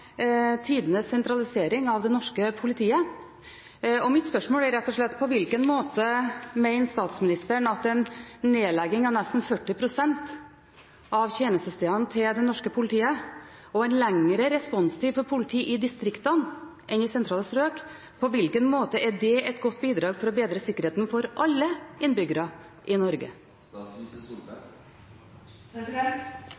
tidenes sentralisering av det norske politiet. Mitt spørsmål er da: På hvilken måte mener statsministeren at en nedlegging av nesten 40 pst. av tjenestestedene til det norske politiet og en lengre responstid for politiet i distriktene enn i sentrale strøk er et godt bidrag for å bedre sikkerheten for alle innbyggere i Norge?